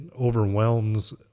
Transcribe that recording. overwhelms